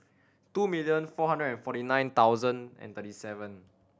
two million four hundred and forty nine thousand and thirty seven